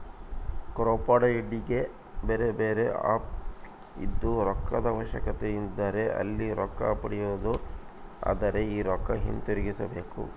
ಕ್ರೌಡ್ಫಂಡಿಗೆ ಬೇರೆಬೇರೆ ಆಪ್ ಇದ್ದು, ರೊಕ್ಕದ ಅವಶ್ಯಕತೆಯಿದ್ದರೆ ಅಲ್ಲಿ ರೊಕ್ಕ ಪಡಿಬೊದು, ಆದರೆ ಈ ರೊಕ್ಕ ಹಿಂತಿರುಗಿಸಬೇಕು